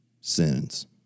Sins